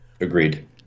Agreed